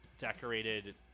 decorated